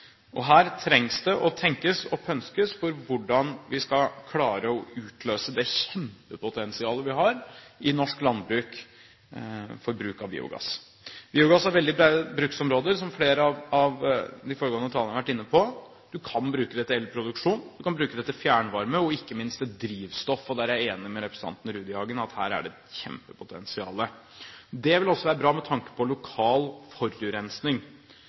Her trenger en å tenke og pønske ut hvordan vi skal klare å utløse det kjempepotensialet vi har i norsk landbruk for bruk av biogass. Biogass har veldig brede bruksområder, som flere av de foregående talerne har vært inne på. Du kan bruke det til elproduksjon, du kan bruke det til fjernvarme og ikke minst til drivstoff. Der er jeg enig med representanten Rudihagen, at her er det et kjempepotensial. Det vil også være bra med tanke på lokal forurensning.